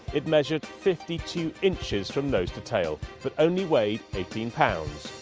it measured fifty two inches from nose to tail but only weighed eighteen lb.